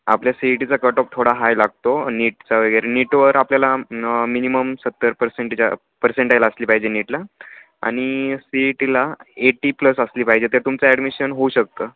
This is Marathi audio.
आपल्या सी ई टीचा कट ऑफ थोडा हाय लागतो नीटचा वगैरे नीटवर आपल्याला मिनिमम सत्तर पर्सेंटेज पर्सेंटाईल असली पाहिजे नीटला आणि सी ई टीला एटी प्लस असली पाहिजे ते तुमचं ॲडमिशन होऊ शकतं